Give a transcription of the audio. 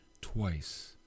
twice